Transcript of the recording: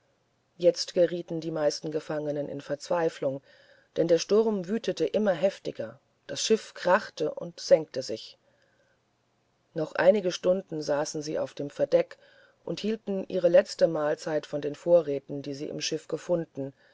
jetzt gerieten die meisten gefangenen in verzweiflung denn der sturm wütete immer heftiger das schiff krachte und senkte sich noch einige stunden saßen sie auf dem verdeck und hielten ihre letzte mahlzeit von den vorräten die sie im schiff gefunden